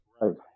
Right